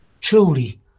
Truly